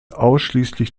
ausschließlich